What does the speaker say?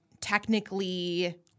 technically